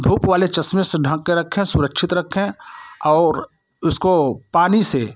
धूप वाले चश्मे से ढक के रखें सुरक्षित रखें और उसको पानी से